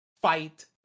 Fight